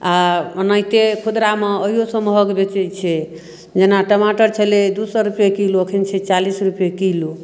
आओर ओनाहिते खुदरामे ओहियोसँ महग बेचय छै जेना टमाटर छलै दू सए रूपैये किलो अखन छै चालीस रूपये किलो